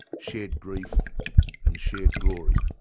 shared grief and shared glory.